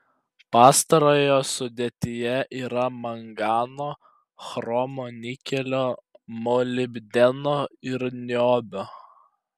pastarojo sudėtyje yra mangano chromo nikelio molibdeno ir niobio